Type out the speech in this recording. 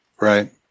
Right